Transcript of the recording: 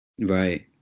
Right